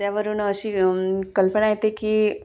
त्यावरून अशी कल्पना येते की